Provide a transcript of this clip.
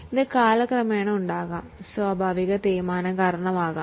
അത് കാലപ്പഴക്കം മൂലമാവാം